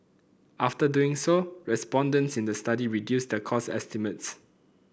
after doing so respondents in the study reduced their cost estimates